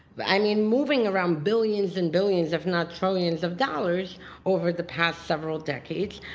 i mean moving around billions and billions if not trillions of dollars over the past several decades,